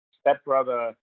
stepbrother